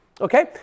Okay